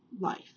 life